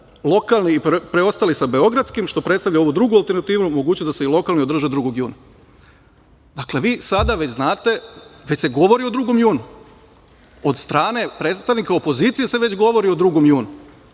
lokalni i preostali sa beogradskim, što predstavlja ovu drugu alternativnu mogućnost da se i lokalni održe 2. juna. Dakle, vi sada, znate, već se govori o 2. junu, od strane predstavnika opozicije se već govori o 2. junu,